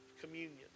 communion